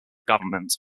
government